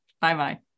Bye-bye